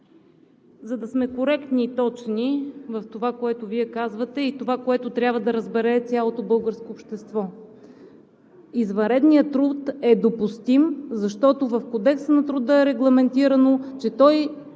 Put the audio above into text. за да сме коректни и точни в това, което Вие казвате, и това, което трябва да разбере цялото българско общество – извънредният труд е допустим, защото в Кодекса на труда е регламентирано, че той,